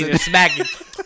smacking